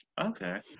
Okay